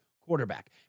quarterback